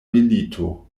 milito